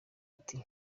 ati